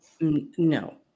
no